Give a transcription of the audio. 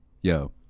yo